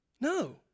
No